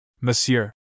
Monsieur